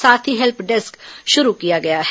साथ ही help desk शुरू किया गया है